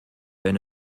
wenn